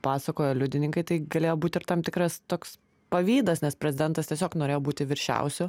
pasakojo liudininkai tai galėjo būt ir tam tikras toks pavydas nes prezidentas tiesiog norėjo būti viršiausiu